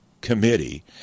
committee